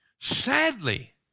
sadly